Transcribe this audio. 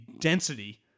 density